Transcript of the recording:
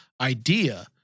idea